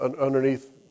underneath